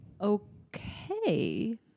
okay